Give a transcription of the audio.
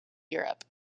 europe